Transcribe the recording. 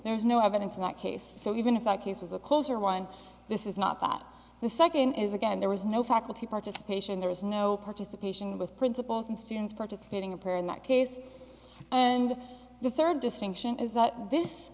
there is no evidence in that case so even if i case was a closer one this is not that the second is again there was no faculty participation there is no participation with principals and students participating in prayer in that case and the third distinction is that this